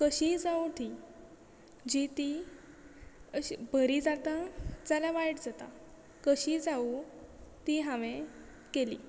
कशीय जावूं ती जी ती अशी बरी जाता जाल्यार वायट जाता कशी जावूं ती हांवें केली